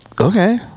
okay